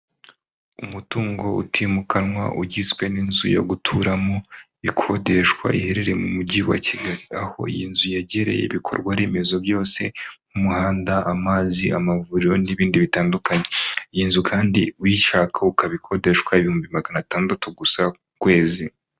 Umutungo utimukanwa ugizwe n'inzu yo guturamo ikodeshwa iherereye mu mujyi wa kigali aho iyi nzu yegereye ibikorwa remezo byose nk'umuhanda, amazi, amavuriro, n'ibindi bitandukanye iyi nzu kandi uyishaka ukabikodeshwa ibihumbi magana atandatu gusa ku kwezi.